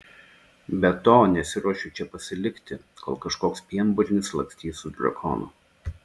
be to nesiruošiu čia pasilikti kol kažkoks pienburnis lakstys su drakonu